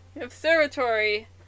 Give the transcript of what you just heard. Observatory